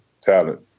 talent